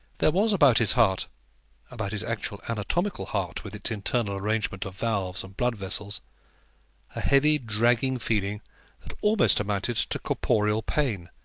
there was about his heart about his actual anatomical heart, with its internal arrangement of valves and blood-vessels a heavy dragging feeling that almost amounted to corporeal pain,